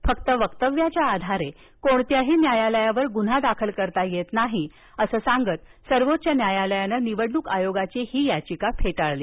आणि फक्त वक्तव्याच्या आधारे कोणत्याही न्यायालयावर गुन्हा दाखल करता येत नाही असं सांगत सर्वोच्च न्यायालयानं निवडणूक आयोगाची ही याचिका फेटाळून लावली